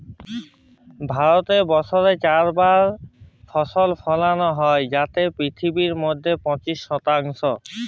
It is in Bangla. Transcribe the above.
ভারতে বসরে চার বার ফসল ফলালো হ্যয় যাতে পিথিবীর মইধ্যে পঁচিশ শতাংশ